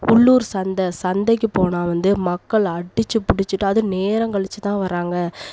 உள்ளூர் சந்தை சந்தைக்கு போனால் வந்து மக்கள் அடிச்சு புடிச்சுட்டு அதுவும் நேரம் கழிச்சுத்தான் வராங்க